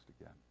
again